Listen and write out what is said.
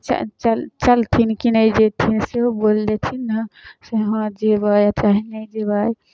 च च चलथिन कि नहि जयथिन सेहो बोल देथिन ने से हँ जयबै चाहे नहि जयबै